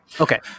Okay